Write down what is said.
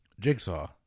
Jigsaw